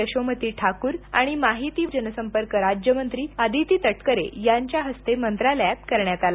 यशोमती ठाकूर आणि माहिती जनसंपर्क राज्यमंत्री आदिती तटकरे यांच्या हस्ते मंत्रालयात करण्यात आला